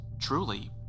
truly